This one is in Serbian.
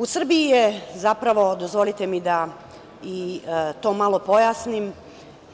U Srbiji se, zapravo, dozvolite mi da i to malo pojasnim,